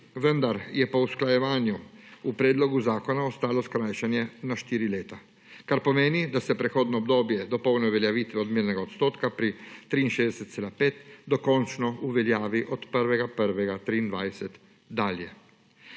vendar je po usklajevanju v predlogu zakona ostalo skrajšanje na štiri leta, kar pomeni, da se prehodno obdobje do polne uveljavitve odmernega odstotka pri 63,5 dokončno uveljavi od 1. 1. 2023 dalje.